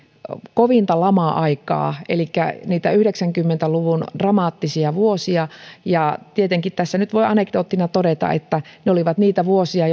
kovinta lama aikaa elikkä niitä yhdeksänkymmentä luvun dramaattisia vuosia ja tietenkin tässä nyt voi anekdoottina todeta että ne olivat niitä vuosia